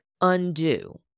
Undo